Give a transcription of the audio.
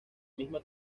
misma